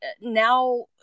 now